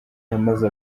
yamaze